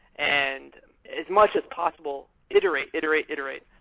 and as much as possible, iterate, iterate, iterate,